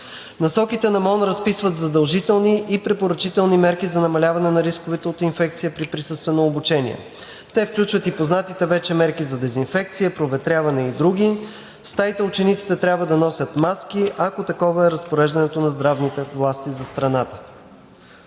Насоките на МОН разписват задължителни и препоръчителни мерки за намаляване на рисковете от инфекция при присъствено обучение. Те включват и познатите вече мерки за дезинфекция, проветряване и други, в стаите учениците трябва да носят маски, ако такова е разпореждането на здравните власти за страната.